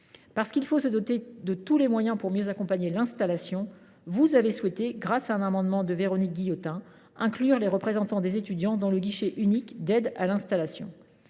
Parce qu’il faut se donner tous les moyens pour mieux accompagner l’installation, vous avez souhaité, en adoptant un amendement de Véronique Guillotin, associer les représentants des étudiants au guichet unique d’aide à l’installation.